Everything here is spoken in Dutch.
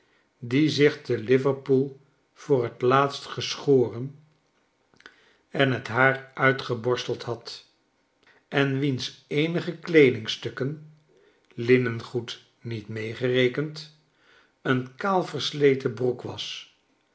die zich te liverpool voor t laatst geschoren en t haar uitgeborsteld had en wiens eenige kleedingstukken linnengoed niet meegerekend een kaalversleten broek was